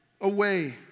away